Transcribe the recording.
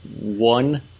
one